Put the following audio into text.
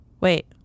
Wait